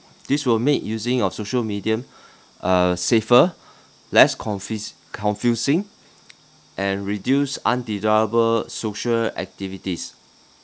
this would make using your social media uh safer less confis~ confusing and reduce undesirable social activities